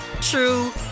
true